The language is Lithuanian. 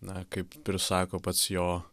na kaip ir sako pats jo